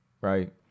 right